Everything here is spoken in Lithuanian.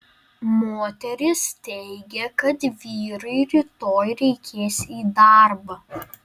moteris teigia kad vyrui rytoj reikės į darbą